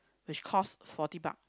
which cost forty buck